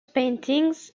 paintings